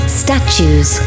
statues